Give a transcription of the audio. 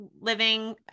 living